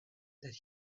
that